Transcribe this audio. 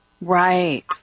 Right